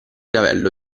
lavello